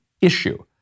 issue